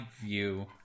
view